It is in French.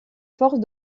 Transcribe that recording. forces